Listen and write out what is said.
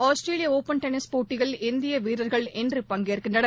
Australian Open tennis போட்டியில் இந்தியவீரர்கள் இன்று பங்கேற்கின்றனர்